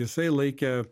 jisai laikė